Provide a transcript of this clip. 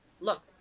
look